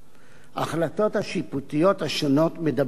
ההחלטות השיפוטיות השונות מדברות בעד עצמן,